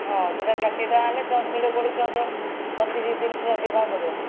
ହଁ ସେହିଟା ଷାଠିଏ ଟଙ୍କା ହେଲେ ଛଅ କିଲୋକୁ ଛତିଶ ତିନିଶହ ଷାଠିଏ ଟଙ୍କା ପଡ଼ିବ